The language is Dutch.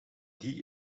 die